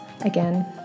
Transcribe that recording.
again